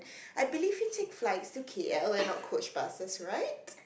I believe you take flights to K_L and not coach buses right